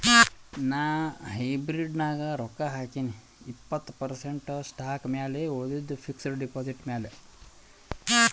ನಾ ಹೈಬ್ರಿಡ್ ನಾಗ್ ರೊಕ್ಕಾ ಹಾಕಿನೀ ಇಪ್ಪತ್ತ್ ಪರ್ಸೆಂಟ್ ಸ್ಟಾಕ್ ಮ್ಯಾಲ ಉಳಿದಿದ್ದು ಫಿಕ್ಸಡ್ ಡೆಪಾಸಿಟ್ ಮ್ಯಾಲ